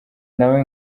nawe